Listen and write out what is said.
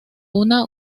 una